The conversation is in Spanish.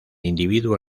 individuo